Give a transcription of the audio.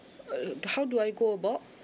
uh how do I go about